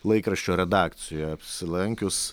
laikraščio redakcijoj apsilankius